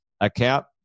account